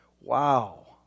Wow